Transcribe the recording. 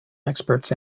experts